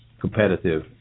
competitive